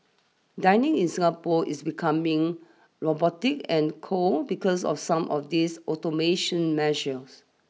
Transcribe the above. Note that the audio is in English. dining in Singapore is becoming robotic and cold because of some of these automation measures